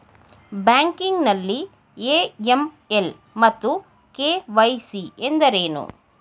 Banking ನಲ್ಲಿ AML ಮತ್ತು KYC ಎಂದರೇನು?